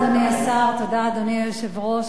אדוני היושב-ראש,